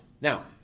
Now